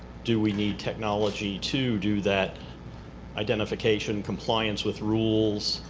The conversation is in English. do we need technology to do that identification, compliance with rules,